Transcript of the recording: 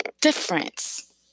difference